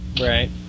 right